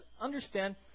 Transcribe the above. understand